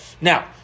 Now